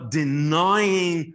denying